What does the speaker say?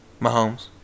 Mahomes